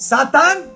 Satan